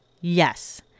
Yes